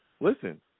listen